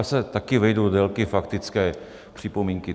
Já se taky vejdu do délky faktické připomínky.